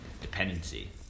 dependency